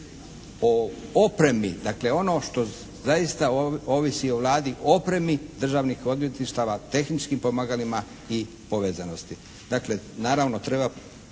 o opremi, dakle ono što zaista ovisi o Vladi opremi državnih odvjetništava, tehničkim pomagalima i povezanosti. Dakle naravno tre